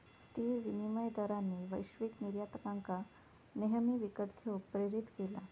स्थिर विनिमय दरांनी वैश्विक निर्यातकांका नेहमी विकत घेऊक प्रेरीत केला